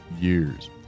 years